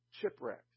shipwreck